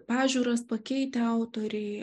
pažiūras pakeitę autoriai